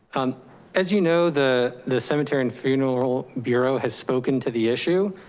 um as you know, the the cemetery and funeral bureau has spoken to the issue.